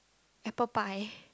apple pie